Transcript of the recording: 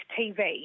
TV